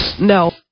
no